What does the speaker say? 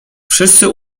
wszyscy